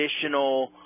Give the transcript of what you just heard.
additional